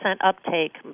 uptake